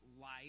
life